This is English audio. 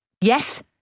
Yes